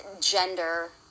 gender